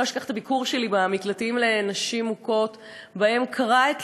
אני לא אשכח ביקור שלי במקלט לנשים מוכות שבו קרע את